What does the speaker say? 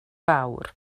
fawr